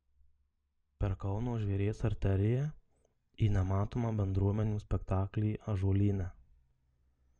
per kauno žvėries arteriją į nematomą bendruomenių spektaklį ąžuolyne